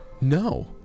No